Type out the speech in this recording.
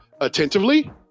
attentively